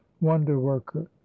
wonder-worker